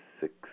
six